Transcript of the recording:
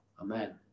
Amen